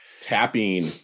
tapping